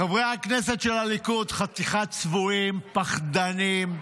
חברי הכנסת של הליכוד, חתיכת צבועים, פחדנים.